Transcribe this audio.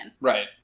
Right